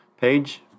page